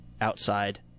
outside